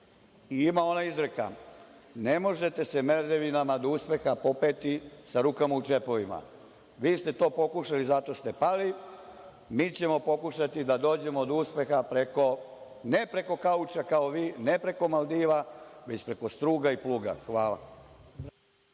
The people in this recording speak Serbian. Ima ona izreka – ne možete se merdevinama do uspeha popeti sa rukama u džepovima. Vi ste to pokušali, zato ste pali. Mi ćemo pokušati da dođemo do uspeha ne preko kauča kao vi, ne preko Maldiva, već preko struga i pluga. Hvala.